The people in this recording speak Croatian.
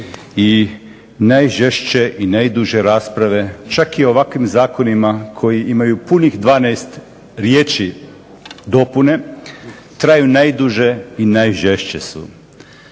i najžešće i najduže rasprave čak i o ovakvim zakonima koji imaju punih 12 riječi dopune traju najduže i najžešće su.